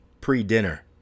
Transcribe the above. pre-dinner